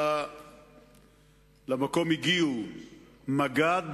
למקום הגיעו מג"ד